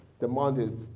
demanded